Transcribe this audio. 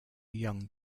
young